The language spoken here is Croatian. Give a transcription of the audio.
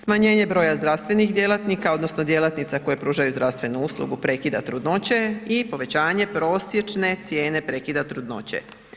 Smanjenje broja zdravstvenih djelatnika odnosno djelatnica koje pružaju zdravstvenu uslugu prekida trudnoće i povećanje prosječne cijene prekida trudnoće.